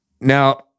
Now